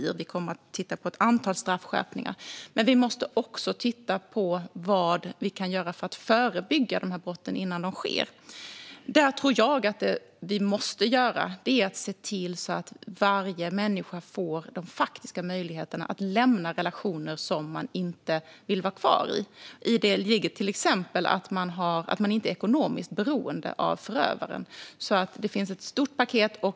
Regeringen kommer att titta på ett antal straffskärpningar. Vi måste dock också titta på vad vi kan göra för att förebygga dessa brott innan de sker. Där tror jag att vi måste se till att varje människa får faktisk möjlighet att lämna en relation som man inte vill vara kvar i. I detta ligger till exempel att man inte är ekonomiskt beroende av förövaren. Det finns ett stort paket.